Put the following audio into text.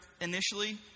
initially